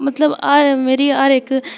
मतलब मेरी हर इक